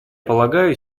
полагаю